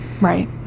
Right